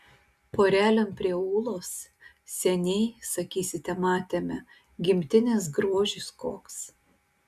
porelėm prie ūlos seniai sakysite matėme gimtinės grožis koks